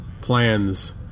plans